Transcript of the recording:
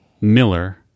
Miller